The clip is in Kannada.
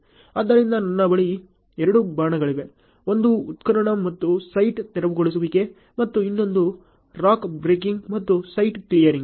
ಆದ್ದರಿಂದ ನನ್ನ ಬಳಿ ಎರಡು ಬಾಣಗಳಿವೆ ಒಂದು ಉತ್ಖನನ ಮತ್ತು ಸೈಟ್ ತೆರವುಗೊಳಿಸುವಿಕೆ ಮತ್ತು ಇನ್ನೊಂದು ರಾಕ್ ಬ್ರೇಕಿಂಗ್ ಮತ್ತು ಸೈಟ್ ಕ್ಲಿಯರಿಂಗ್